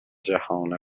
جهان